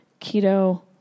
keto